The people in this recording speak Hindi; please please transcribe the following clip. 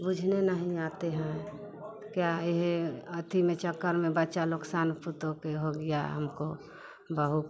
बूझने नहीं आते हैं क्या यहे अथी के चक्कर में बच्चा लोग नुकसान पतोह के हो गिया हमको बहू को